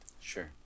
Sure